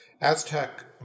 Aztec